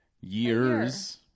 years